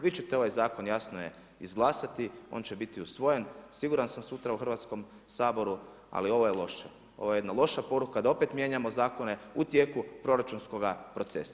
Vi ćete ovaj zakon jasno je izglasati, on će biti usvojen siguran sam sutra u Hrvatskom saboru ali ovo je loše, ovo je jedna loša poruka da opet mijenjamo zakone u tijeku proračunskoga procesa.